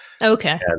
Okay